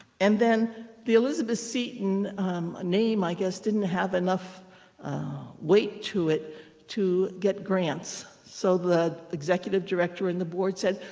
and then the elizabeth seton, a name, i guess, didn't have enough weight to it to get grants. so the executive director and the board said,